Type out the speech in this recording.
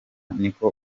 niko